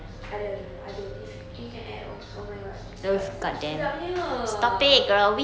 ada ada ada if you can add oh oh my god sia se~ sedapnya